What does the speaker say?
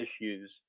issues